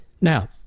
now